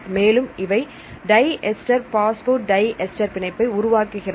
மேலும் இவை di ester phosphodiester பிணைப்பை உருவாக்குகிறது